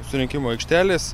surinkimo aikštelės